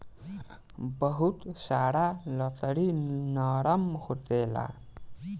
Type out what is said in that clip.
बहुत सारा लकड़ी नरम होखेला